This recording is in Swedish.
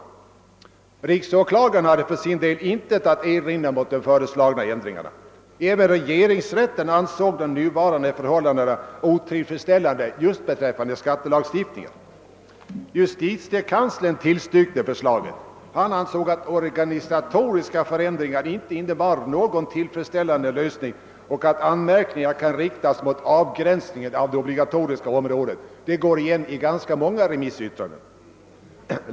Riksåklagaren hade för sin del intet att erinra mot de föreslagna ändringarna. Även regeringsrätten ansåg nuvarande förhållanden otillfredsställande just beträffande skattelagstiftningen. Justitiekanslern tillstyrkte förslaget. Han ansåg att organisatoriska förändringar inte innebar någon tillfredsställande lösning och att anmärkningar kan riktas mot avgränsningen av det obligatoriska området. Denna synpunkt går igen i ganska många remissyttranden.